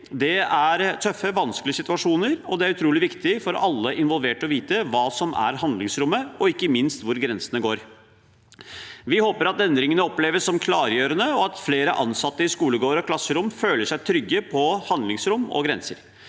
Det er tøffe og vanskelige situasjoner, og det er utrolig viktig for alle involverte å vite hva som er handlingsrommet, og ikke minst hvor grensene går. Vi håper at endringene oppleves som klargjørende, og at flere ansatte i skolegårder og klasserom føler seg trygge på handlingsrom og grenser.